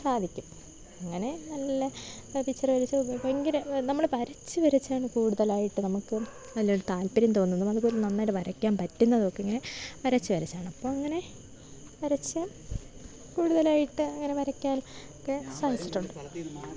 സാധിക്കും അങ്ങനെ നല്ല പിച്ചറ് വരച്ച് ഭയങ്കര നമ്മൾ വരച്ച് വരച്ചാണ് കൂടുതലായിട്ട് നമുക്ക് അതിലൊരു താൽപ്പര്യം തോന്നുന്നത് നമുക്കത് നന്നായിട്ട് വരക്കാൻ പറ്റുന്നതൊക്കെ ഇങ്ങനെ വരച്ച് വരച്ചാണ് അപ്പമങ്ങനെ വരച്ച് കൂടുതലായിട്ട് അങ്ങനെ വരക്കാൻ ഒക്കെ സാധിച്ചിട്ടുണ്ട്